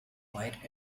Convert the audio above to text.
quiet